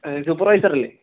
supervisor അല്ലേ